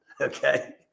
Okay